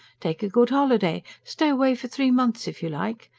take a good holiday stay away for three months if you like.